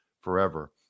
forever